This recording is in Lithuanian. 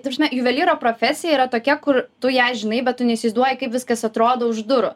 ta prasme juvelyro profesija yra tokia kur tu ją žinai bet tu neįsivaizduoji kaip viskas atrodo už durų